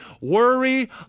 worry